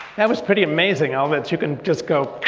that was pretty amazing. i'll bet you can just go,